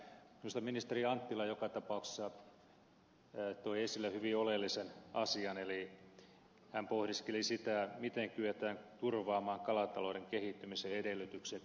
minusta ministeri anttila joka tapauksessa toi esille hyvin oleellisen asian eli hän pohdiskeli sitä miten kyetään turvaamaan kalatalouden kehittymisen edellytykset